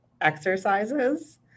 exercises